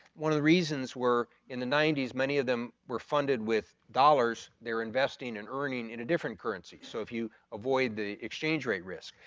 one of the reasons where in the ninety s many of them were funded with dollars, they're investing and earning in a different currency. so if you avoid the exchange rate risk.